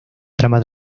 trama